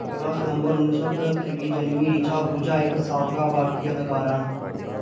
सोलां सितंबर उन्नी सौ त्रह्तर गी जनमीं ऋचा आहूजा इक साबका भारती अदाकारा न